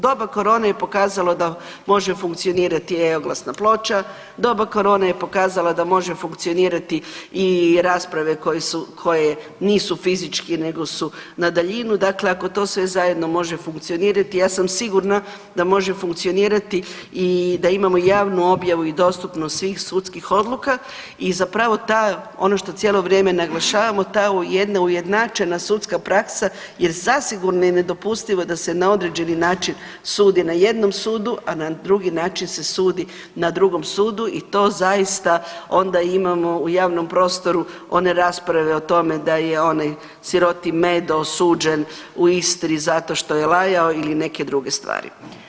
Doba korone je pokazalo da može funkcionirati e-oglasna ploča, doba korone je pokazala da može funkcionirati i rasprave koje nisu fizički nego su na daljinu, dakle ako to sve zajedno može funkcionirati ja sam sigurna da može funkcionirati i da imamo javnu objavu i dostupnost svih sudskih odluka i zapravo ta, ono što vrijeme naglašavam, ta jedna ujednačena sudska praksa jer zasigurno je nedopustivo da se na određeni način sudi na jednom sudu, a na drugi način se sudi na drugom sudu i to zaista onda imamo u javnom prostoru one rasprave o tome da je onaj siroti medo osuđen u Istri zato što je lajao ili neke druge stvari.